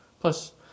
plus